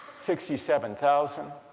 sixty seven thousand